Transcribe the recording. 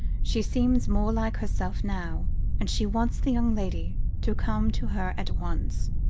she seems more like herself now and she wants the young lady to come to her at once.